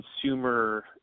consumer